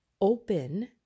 open